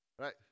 right